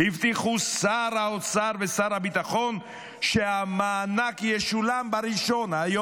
הבטיחו שר האוצר ושר הביטחון שהמענק ישולם ב-1 ביולי,